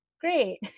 great